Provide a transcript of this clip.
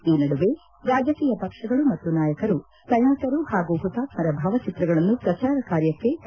ಈ ನಡುವೆ ರಾಜಕೀಯ ಪಕ್ಷಗಳು ಮತ್ತು ನಾಯಕರು ಸೈನಿಕರು ಹಾಗೂ ಹುತಾತ್ತರ ಭಾವಚಿತ್ರಗಳನ್ನು ಪ್ರಚಾರ ಕಾರ್ಯಕ್ಷೆ